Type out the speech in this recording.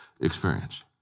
experience